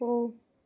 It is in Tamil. போ